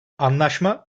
anlaşma